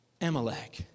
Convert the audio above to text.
Amalek